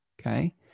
Okay